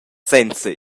senza